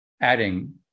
adding